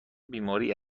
بیماری